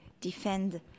defend